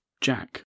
Jack